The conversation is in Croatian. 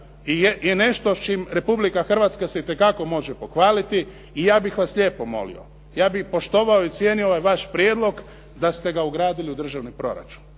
je nešto s čim Republika Hrvatska se itekako može pohvaliti i ja bih vas lijepo molio. Ja bih poštovao i cijenio ovaj vaš prijedlog da ste ga ugradili u državni proračun,